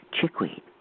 chickweed